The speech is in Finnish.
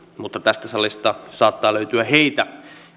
mutta tästä salista saattaa löytyä heitä